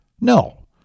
No